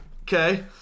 Okay